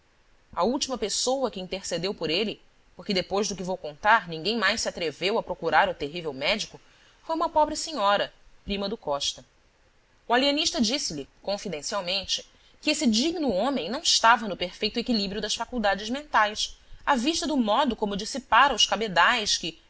a última pessoa que intercedeu por ele porque depois do que vou contar ninguém mais se atreveu a procurar o terrível médico foi uma pobre senhora prima do costa o alienista disse-lhe confidencialmente que esse digno homem não estava no perfeito equilíbrio das faculdades mentais à vista do modo como dissipara os cabedais que